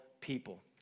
people